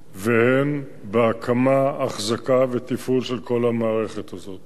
והן בהקמה, אחזקה ותפעול של כל המערכת הזאת.